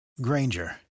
Granger